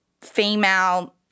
female